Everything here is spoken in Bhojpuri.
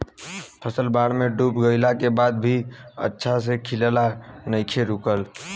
फसल बाढ़ में डूब गइला के बाद भी अच्छा से खिलना नइखे रुकल